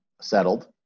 settled